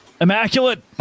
Immaculate